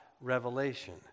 Revelation